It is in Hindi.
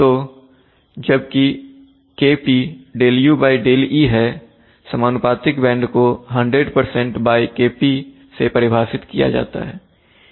तो जबकि Kp Δu Δe है समानुपातिक बैंड को 100 Kpसे परिभाषित किया जाता है